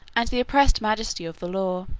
and the oppressed majesty of the laws.